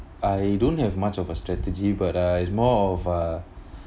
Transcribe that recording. I don't have much of a strategy but uh it's more of a